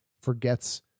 forgets